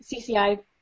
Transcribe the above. CCI